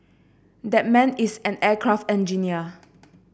that man is an aircraft engineer